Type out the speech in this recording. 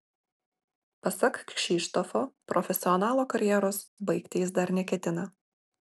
pasak kšištofo profesionalo karjeros baigti jis dar neketina